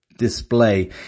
display